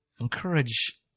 Encourage